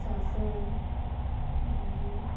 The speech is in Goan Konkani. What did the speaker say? सासव मागीर